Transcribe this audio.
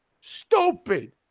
Stupid